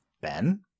Ben